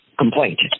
Complaint